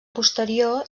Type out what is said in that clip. posterior